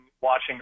watching